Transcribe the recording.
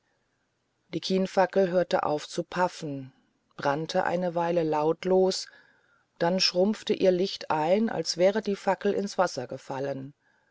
die kienfackel hörte auf zu paffen brannte eine weile lautlos dann schrumpfte ihr licht ein als wäre die fackel ins wasser gefallen